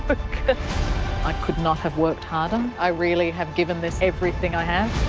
but but i could not have worked harder. um i really have given this everything i have.